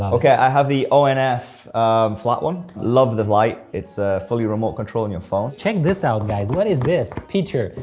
but okay, i have the ah and onf flat one. love the light! it's fully remote controlled on your phone. check this out guys, what is this? peter,